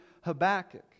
Habakkuk